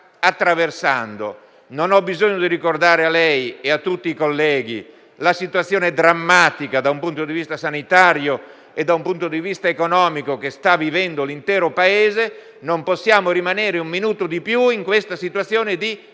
Non ho bisogno di ricordare a lei e a tutti i colleghi la situazione drammatica, dal punto di vista sanitario ed economico, che l'intero Paese sta vivendo. Non possiamo rimanere un minuto di più in questa situazione di grave